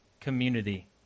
community